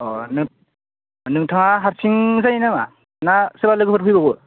अ नोंथाङा हारसिं जायो नामा ना सोरबा लोगोफोर फैबावो